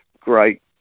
Great